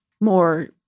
more